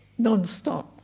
nonstop